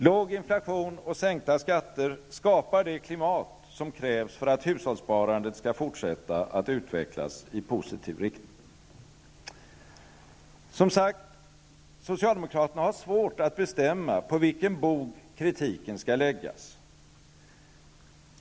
Låg inflation och sänkta skatter skapar det klimat som krävs för att hushållssparandet skall fortsätta att utvecklas i positiv riktning. Socialdemokraterna har alltså svårt att bestämma på vilken bog kritiken skall läggas.